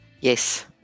Yes